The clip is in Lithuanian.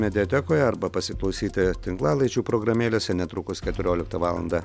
mediatekoje arba pasiklausyti tinklalaidžių programėlėse netrukus keturioliktą valandą